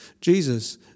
Jesus